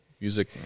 Music